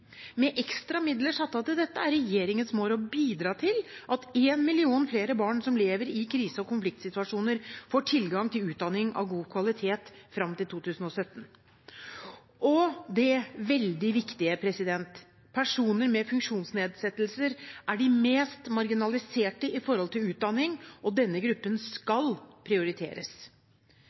Med ekstra midler satt av til dette er regjeringens mål å bidra til at én million flere barn som lever i krise- og konfliktsituasjoner, får tilgang til utdanning av god kvalitet fram til 2017. Og det veldig viktige: Personer med funksjonsnedsettelser er de mest marginaliserte når det gjelder utdanning. Denne gruppen skal prioriteres.